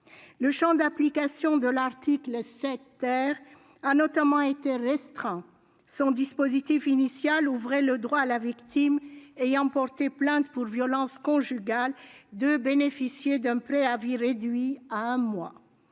Le champ d'application de l'article 7 a notamment été restreint. Son dispositif initial ouvrait le droit à la victime ayant porté plainte pour violences conjugales de bénéficier d'un préavis réduit à un mois,